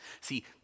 See